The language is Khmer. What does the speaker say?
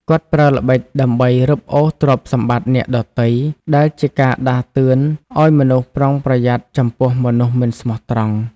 គាត់ប្រើល្បិចដើម្បីរឹបអូសទ្រព្យសម្បត្តិអ្នកដទៃ ដែលជាការដាស់តឿនឱ្យមនុស្សប្រុងប្រយ័ត្នចំពោះមនុស្សមិនស្មោះត្រង់។